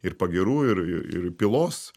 ir pagyrų ir ir pylos